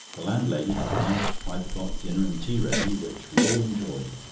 the landlady had a nice five o'clock dinner and tea ready, which we all enjoyed,